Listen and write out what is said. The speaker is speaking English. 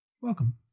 Welcome